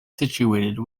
situated